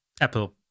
Apple